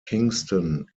kingston